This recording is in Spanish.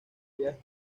viajes